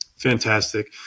Fantastic